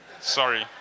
Sorry